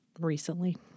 recently